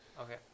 Okay